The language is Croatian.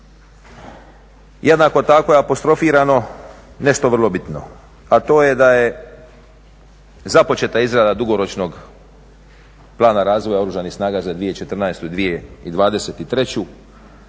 Jednako tako je apostrofirano nešto vrlo bitno, a to je da je započeta izrada dugoročnog plana razvoja Oružanih snaga za 2014., 2023.